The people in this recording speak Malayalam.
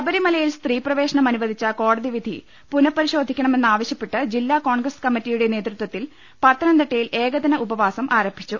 ശബരിമലയിൽ സ്ത്രീ പ്രവേശനം അനുവദിച്ച കോടതി വിധി പുനഃപരിശോധിക്കണമെന്നാവശൃപ്പെട്ട് ജില്ലാ കോൺഗ്രസ് കമ്മ റ്റിയുടെ നേതൃത്വത്തിൽ പത്തനംതിട്ടയിൽ ഏകദിന ഉപവാസം ആരംഭിച്ചു